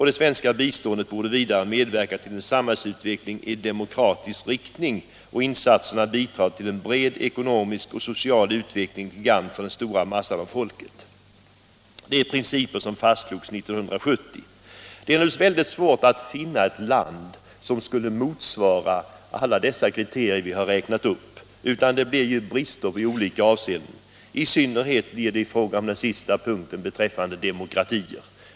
Det svenska biståndet bör vidare medverka till en samhällsutveckling i demokratisk riktning och insatserna bidra till en bred ekonomisk och social utveckling, till gagn för den stora massan av folket. Dessa principer fastslogs 1970. Det är naturligtvis svårt att finna ett land som motsvarar alla de kriterier jag har räknat upp, utan det blir ju brister i olika avseenden, i synnerhet i fråga om den sista punkten, den om demokratin.